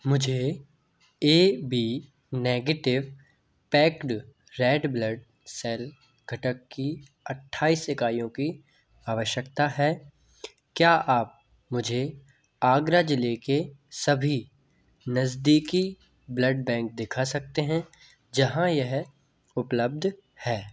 मुझे A B negative packed red blood cell घटक की अट्ठाईस इकाइयों की आवश्यकता है क्या आप मुझे आगरा ज़िले के सभी नज़दीकी ब्लड बैंक दिखा सकते हैं जहाँ यह उपलब्ध है